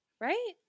Right